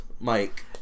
Mike